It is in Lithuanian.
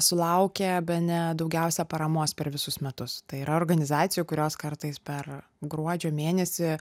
sulaukia bene daugiausia paramos per visus metus tai yra organizacijų kurios kartais per gruodžio mėnesį